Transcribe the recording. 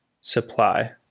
supply